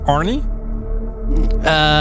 Arnie